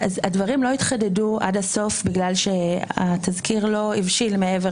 הדברים לא התחדדו עד הסוף בגלל שהתזכיר לא הבשיל מעבר